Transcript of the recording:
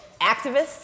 activists